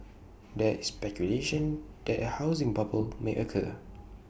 there is speculation that A housing bubble may occur